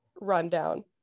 rundown